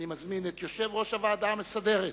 אני מזמין את יושב-ראש הוועדה המסדרת,